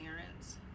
parents